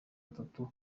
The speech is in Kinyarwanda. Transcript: atatu